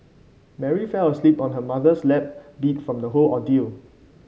Mary fell asleep on her mother's lap beat from the whole ordeal